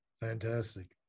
Fantastic